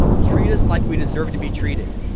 treat us like we deserve to be treated.